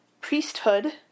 priesthood